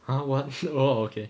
!huh! what shit orh okay